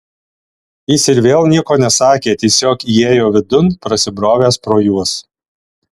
jis ir vėl nieko nesakė tiesiog įėjo vidun prasibrovęs pro juos